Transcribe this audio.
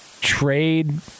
Trade